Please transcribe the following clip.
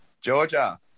Georgia